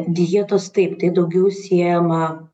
dietos taip tai daugiau siejama